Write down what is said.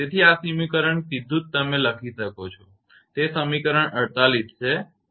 તેથી આ સમીકરણ સીધું જ તમે લખી શકો છો તે છે સમીકરણ 48 અને આ સમીકરણ 49 છે